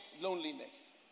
loneliness